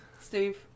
Steve